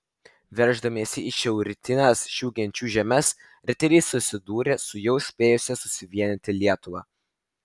verždamiesi į šiaurrytines šių genčių žemes riteriai susidūrė su jau spėjusia susivienyti lietuva